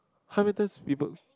how may times people